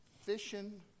fishing